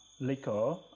liquor